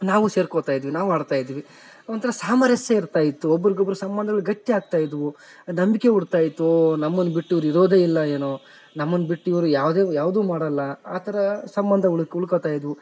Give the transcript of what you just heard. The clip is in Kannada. ನಾವು ಸೇರ್ಕೋತಾಯಿದ್ವಿ ನಾವು ಆಡ್ತಾಯಿದ್ವಿ ಒಂಥರ ಸಾಮರಸ್ಯ ಇರ್ತಾಯಿತ್ತು ಒಬ್ರುಗೊಬ್ಬರು ಸಂಬಂಧಗಳು ಗಟ್ಟಿ ಆಗ್ತಾ ಇದ್ವು ನಂಬಿಕೆ ಹುಟ್ತಾಯಿತ್ತು ನಮ್ಮನ್ನ ಬಿಟ್ಟು ಇವ್ರು ಇರೋದೇ ಇಲ್ಲ ಏನೋ ನಮ್ಮನ್ನ ಬಿಟ್ಟು ಇವರು ಯಾವ್ದು ಯಾವುದು ಮಾಡಲ್ಲ ಆ ಥರ ಸಂಬಂಧ ಉಳ್ಕ ಉಳ್ಕೋತ ಇದ್ವು